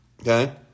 Okay